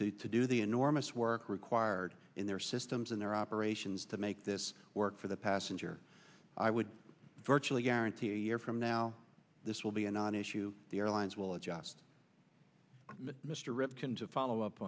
to do the enormous work required in their systems in their operations to make this work for the passenger i would virtually guarantee a year from now this will be a non issue the airlines will adjust mr ripken to follow up